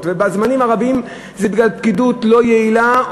ולזמנים הארוכים זה פקידות לא יעילה,